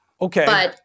Okay